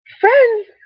friends